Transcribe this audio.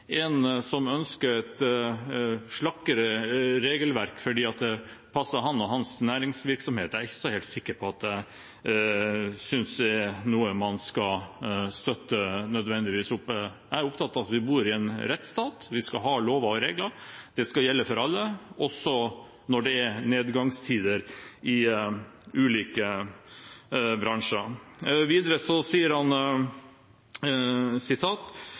ikke helt sikker på at man nødvendigvis skal støtte. Jeg er opptatt av at vi bor i en rettsstat, vi skal ha lover og regler, de skal gjelde for alle, også når det er nedgangstider i ulike bransjer. Videre sier han